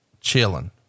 chilling